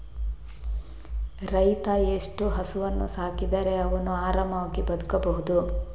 ರೈತ ಎಷ್ಟು ಹಸುವನ್ನು ಸಾಕಿದರೆ ಅವನು ಆರಾಮವಾಗಿ ಬದುಕಬಹುದು?